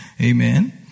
Amen